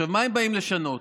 מה הם באים לשנות?